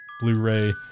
blu-ray